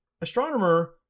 Astronomer